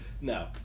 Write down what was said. No